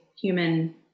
human